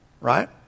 right